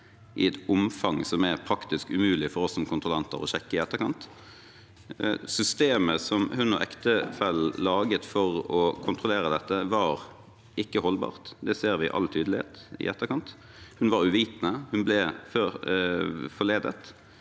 i et omfang som er praktisk umulig for oss som kontrollorgan å sjekke i etterkant. Systemet som hun og ektefellen laget for å kontrollere dette, var ikke holdbart. Det ser vi i all tydelighet i etterkant. Hun var uvitende, hun ble forledet,